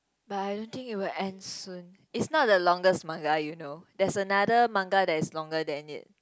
but I don't think it will end soon it's not the longest manga you know there's another manga that is longer than it